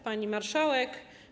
Pani Marszałek!